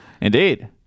Indeed